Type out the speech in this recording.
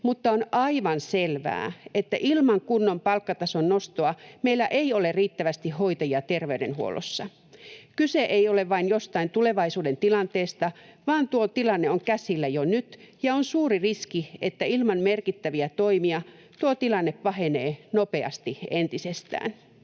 mutta on aivan selvää, että ilman kunnon palkkatason nostoa meillä ei ole riittävästi hoitajia terveydenhuollossa. Kyse ei ole vain jostain tulevaisuuden tilanteesta, vaan tuo tilanne on käsillä jo nyt, ja on suuri riski, että ilman merkittäviä toimia tuo tilanne pahenee nopeasti entisestään.